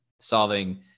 solving